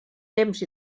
temps